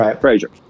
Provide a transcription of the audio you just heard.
Frazier